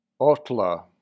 Otla